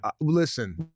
Listen